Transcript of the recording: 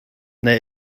neb